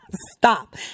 Stop